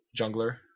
Jungler